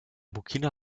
burkina